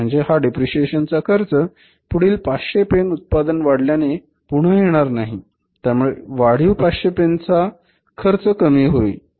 म्हणजे हा डेप्रिसिएशन चा खर्च पुढील 500 पेन उत्पादन वाढल्याने पुन्हा येणार नाही त्यामुळे वाढीव 500 पेनचा वाढीव खर्च कमी होईल